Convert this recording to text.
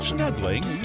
Snuggling